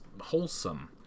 wholesome